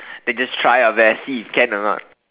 then just try your best see if can do that